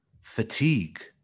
fatigue